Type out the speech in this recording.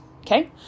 Okay